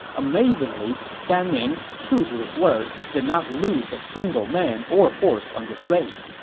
amazingly, gan ning, true to his word, did not lose a single man or horse on this raid.